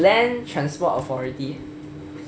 land transport authority